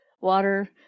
water